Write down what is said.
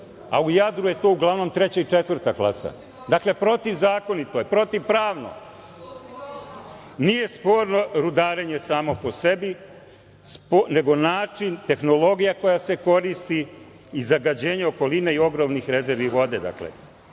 U Jadru je to uglavnom treće i četvrta klasa. Dakle, protivzakonito je, protivpravno. Nije sporno rudarenje samo po sebi, nego način, tehnologija koja se koristi i zagađenje okoline i ogromnih rezervi vode.